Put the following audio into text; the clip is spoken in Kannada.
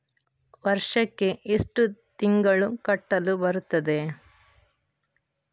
ವರ್ಷಕ್ಕೆ ಎಷ್ಟು ತಿಂಗಳು ಕಟ್ಟಲು ಬರುತ್ತದೆ?